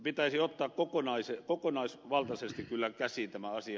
pitäisi ottaa kokonaisvaltaisesti kyllä käsiin tämä asia